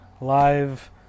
live